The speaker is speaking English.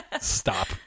stop